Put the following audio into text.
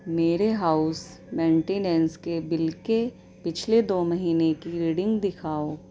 میرے house maintenance کے bill كے پچھلے دو مہینوں کی ریڈنگ دکھاؤ